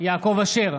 יעקב אשר,